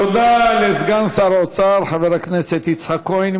תודה לסגן שר האוצר חבר הכנסת יצחק כהן.